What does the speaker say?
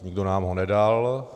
Nikdo nám ho nedal.